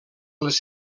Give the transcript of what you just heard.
les